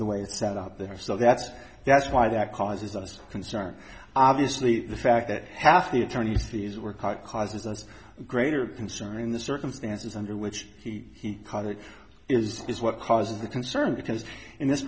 the way it's set up there so that's that's why that causes us concern obviously the fact that half the attorneys fees were caught causes us greater concern in the circumstances under which he caught it is what causes concern because in this